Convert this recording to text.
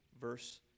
verse